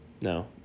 No